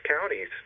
counties